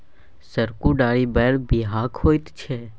सरुक डारि बड़ बिखाह होइत छै